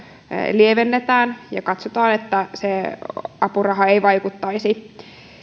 lievennetään ja katsotaan että apuraha ei vaikuttaisi